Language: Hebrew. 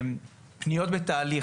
פניות בתהליך,